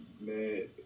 man